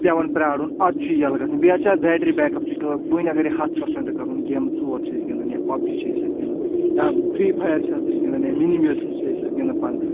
پؠوَان پیارُن اَدٕ چھُ یَلہٕ گژھان بیٚیہِ حظ چھِ اَتھ بیٹری بیکَپ تہِ ؤنۍ اگر یہِ ہَتھ پٔرسَنٛٹ کَرُن گیمہٕ ژور چھِ أسۍ گِنٛادَن یا پَبجی چھِ أسۍ اَتھ گِنٛدَن یا فری فایَر چھِ اَتھ أسۍ گِنٛدَان یا مِنیمِل چھِ أسۍ اَتھ گِنٛدَان پَنُن